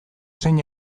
zein